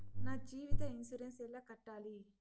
నా జీవిత ఇన్సూరెన్సు ఎలా కట్టాలి?